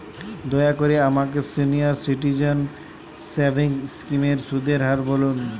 দয়া করে আমাকে সিনিয়র সিটিজেন সেভিংস স্কিমের সুদের হার বলুন